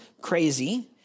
crazy